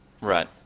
Right